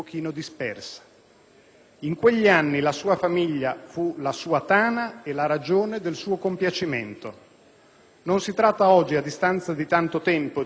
In quegli anni la sua famiglia fu la sua tana e la ragione del suo compiacimento. Non si tratta oggi, a distanza di tanto tempo, di ripercorrere